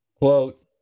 Quote